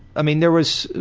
i mean, there was,